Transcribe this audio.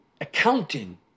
accounting